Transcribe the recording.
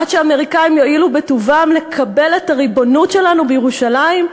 עד שהאמריקנים יואילו בטובם לקבל את הריבונות שלנו בירושלים,